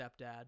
stepdad